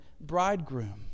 bridegroom